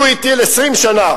שהטיל 20 שנה